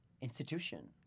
institution